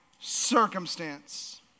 circumstance